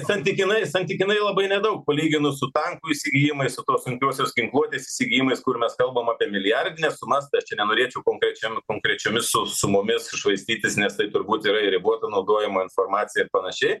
santykinai santykinai labai nedaug palyginus su tankų įsigijimais o tos sunkiosios ginkluotės įsigijimais kur mes kalbam apie milijardines sumas tai aš čia nenorėčiau konkrečiam konkrečiomis su sumomis švaistytis nes tai turbūt yra ir riboto naudojimo informacija ir panašiai